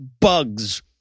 bugs